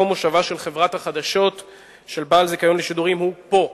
מקום מושבה של חברת החדשות של בעל זיכיון לשידורים הוא פה,